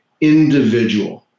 individual